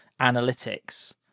analytics